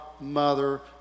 mother